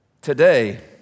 Today